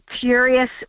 furious